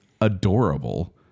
adorable